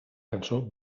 cançó